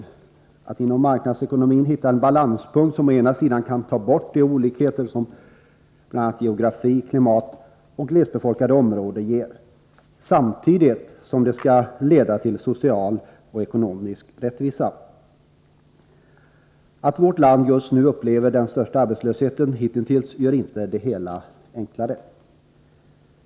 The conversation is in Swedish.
Det gäller att inom marknadsekonomin hitta en balanspunkt som kan ta bort de olikheter som bl.a. geografi, klimat och glesbefolkade områden ger, samtidigt som social och ekonomisk rättvisa skall uppnås. Att vårt land just nu upplever den största arbetslösheten hitintills gör inte det hela enklare.